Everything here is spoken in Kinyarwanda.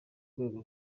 rwego